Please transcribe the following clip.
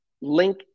Link